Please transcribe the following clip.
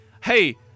Hey